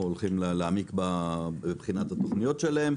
הולכים להעמיק בה מבחינת התוכניות שלהם.